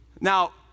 Now